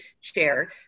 chair